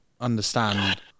understand